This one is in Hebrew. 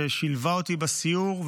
ששילבה אותי בסיור.